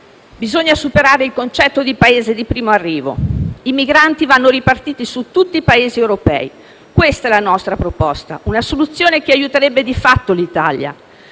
Bisogna superare il concetto di Paese di primo arrivo: i migranti vanno ripartiti su tutti i Paesi europei. Questa è la nostra proposta, una soluzione che aiuterebbe di fatto l'Italia: